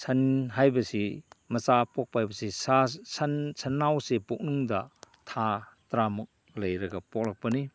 ꯁꯟ ꯍꯥꯏꯕꯁꯤ ꯃꯆꯥ ꯄꯣꯛꯄ ꯍꯥꯏꯕꯁꯤ ꯁꯥ ꯁꯟ ꯁꯟꯅꯥꯎꯁꯤ ꯄꯨꯛꯅꯨꯡꯗ ꯊꯥ ꯇꯔꯥꯃꯨꯛ ꯂꯩꯔꯒ ꯄꯣꯛꯂꯛꯄꯅꯤ